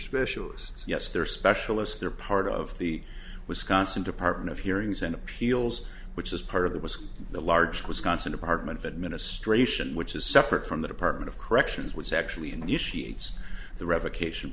specialists yes they are specialists they're part of the wisconsin department of hearings and appeals which is part of that was the large wisconsin department of administration which is separate from the department of corrections which actually initiate the revocation